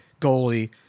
goalie